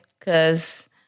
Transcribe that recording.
Cause